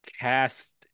cast